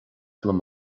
liom